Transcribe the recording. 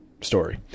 story